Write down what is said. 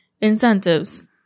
incentives